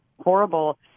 horrible